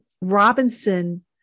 Robinson